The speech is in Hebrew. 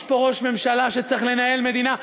יש פה ראש ממשלה שצריך לנהל מדינה,